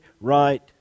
right